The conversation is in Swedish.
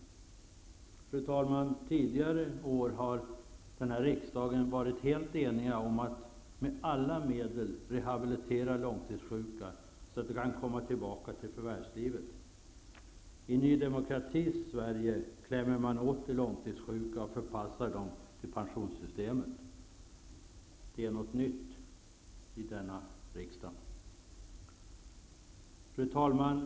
Fru talman! Tidigare år har riksdagen varit helt enig om att med alla medel rehabilitera långtidssjuka, så att de kan komma tillbaka till förvärvslivet. I Ny demokratis Sverige klämmer man åt de långtidssjuka och förpassar dem till pensionssystemet. Det är något nytt här i riksdagen. Fru talman!